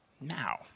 now